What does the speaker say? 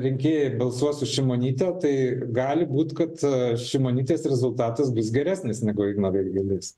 rinkėjimai balsuos už šimonytę tai gali būt kad šimonytės rezultatas bus geresnis negu igno vėgėlės